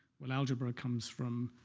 well, algebra comes from